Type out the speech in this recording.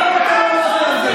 למה אתה לא הולך לירדן?